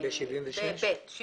עם